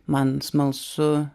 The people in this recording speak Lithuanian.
man smalsu